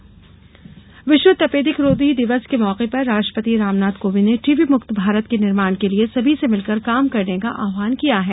क्षय दिवस विश्व तपेदिकरोधी दिवस के मौके पर राष्ट्रपति रामनाथ कोविंद ने टीबी मुक्त भारत के निर्माण के लिये सभी से मिलकर काम करने का आहवान किया है